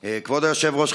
היושב-ראש,